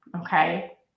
okay